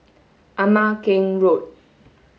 Ama Keng Road